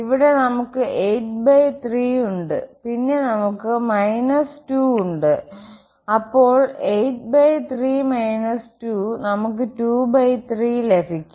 ഇവിടെ നമുക്ക് 83ഉണ്ട് പിന്നെ നമുക്ക് 2 ഉണ്ട്അപ്പോൾ 83 2 നമുക്ക് 23ലഭിക്കും